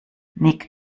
nick